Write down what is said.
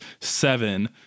seven